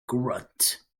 grunt